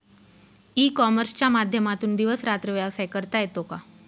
E कॉमर्सच्या माध्यमातून दिवस रात्र व्यवसाय करता येतो का?